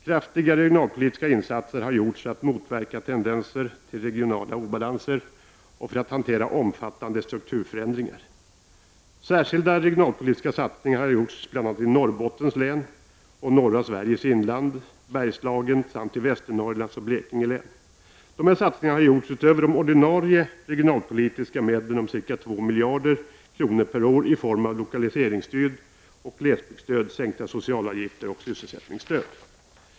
Kraftiga regionalpolitiska insatser har gjorts för att motverka tendenser till regionala obalanser och för att hantera omfattande strukturförändringar. Särskilda regionalpolitiska satsningar har gjorts bl.a. i Norrbottens län och norra Sveriges inland, i Bergslagen samt i Västernorrlands och Blekinge län. Dessa satsningar har gjorts utöver de ordinarie regionalpolitiska medlen om ca 2 miljarder kronor per år i form av lokaliseringsstöd och glesbygdsstöd, sänkta socialavgifter och sysselsättningsstöd.